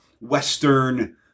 Western